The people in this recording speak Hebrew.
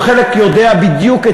או חלק יודע בדיוק,